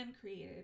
created